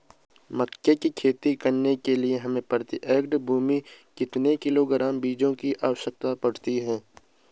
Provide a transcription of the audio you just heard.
मक्का की खेती करने के लिए हमें प्रति एकड़ भूमि में कितने किलोग्राम बीजों की आवश्यकता पड़ती है?